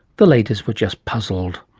the ladies were just puzzled.